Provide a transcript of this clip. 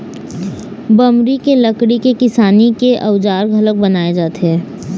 बमरी के लकड़ी के किसानी के अउजार घलोक बनाए जाथे